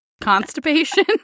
constipation